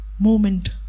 moment